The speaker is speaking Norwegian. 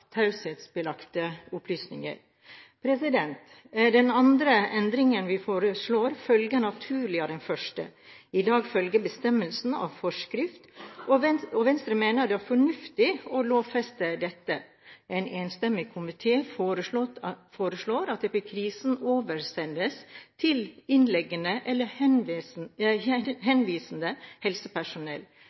taushetsbelagte opplysninger. Den andre endringen vi foreslår, følger naturlig av den første. I dag følger bestemmelsene av forskrift, og Venstre mener det er fornuftig å lovfeste dette. En enstemmig komité foreslår at epikrisen oversendes til innleggende eller henvisende helsepersonell,